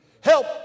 Help